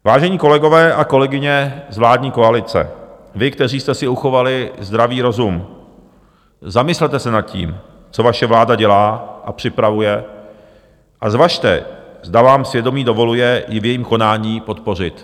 Vážení kolegové a kolegyně z vládní koalice, vy, kteří jste si uchovali zdravý rozum, zamyslete se nad tím, co vaše vláda dělá a připravuje, a zvažte, zda vám svědomí dovoluje ji v jejím konání podpořit.